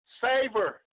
savor